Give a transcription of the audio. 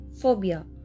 phobia